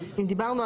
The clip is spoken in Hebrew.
מלשכת